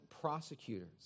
prosecutors